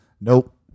Nope